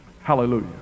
Hallelujah